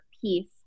piece